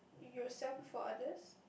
yourself before others